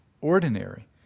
ordinary